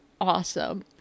awesome